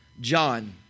John